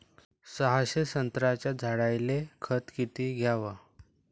सहाशे संत्र्याच्या झाडायले खत किती घ्याव?